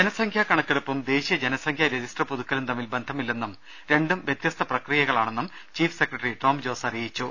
ജനസംഖ്യാ കണക്കെടുപ്പും ദേശീയ ജനസംഖ്യാ രജിസ്റ്റർ പുതുക്കലും തമ്മിൽ ബന്ധമില്ലെന്നും രണ്ടും വ്യത്യസ്ത പ്രക്രിയകളാണെന്നും ചീഫ് സെക്രട്ടറി ടോംജോസ് അറിയിച്ചു